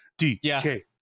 DK